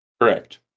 Correct